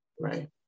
right